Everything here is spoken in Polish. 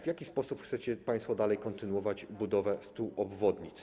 W jaki sposób chcecie państwo kontynuować budowę 100 obwodnic?